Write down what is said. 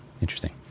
interesting